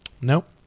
Nope